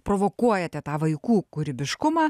provokuojate tą vaikų kūrybiškumą